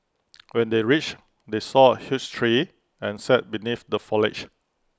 when they reached they saw A huge tree and sat beneath the foliage